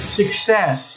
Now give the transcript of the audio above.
success